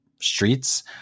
streets